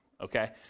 okay